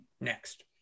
next